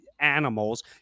animals